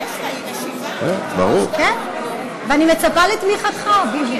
איך היא יכולה לדבר?